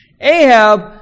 Ahab